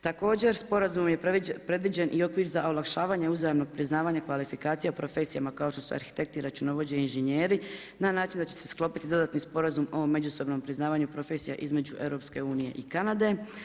Također, sporazumom je predviđen i okvir za olakšavanje uzajamnog priznavanja, kvalifikacija, profesijama, kao što su arhitekti, računovođe, inženjeri na način da će se sklopiti dodatni sporazum o međusobnom priznavanju profesije između EU i Kanade.